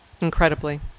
incredibly